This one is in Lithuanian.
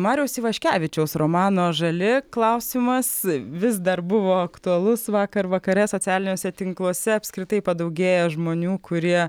mariaus ivaškevičiaus romano žali klausimas vis dar buvo aktualus vakar vakare socialiniuose tinkluose apskritai padaugėjo žmonių kurie